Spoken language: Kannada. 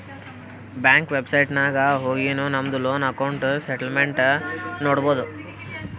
ಬ್ಯಾಂಕ್ ವೆಬ್ಸೈಟ್ ನಾಗ್ ಹೊಗಿನು ನಮ್ದು ಲೋನ್ ಅಕೌಂಟ್ ಸ್ಟೇಟ್ಮೆಂಟ್ ನೋಡ್ಬೋದು